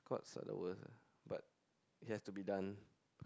squats are the worst eh but it has to be done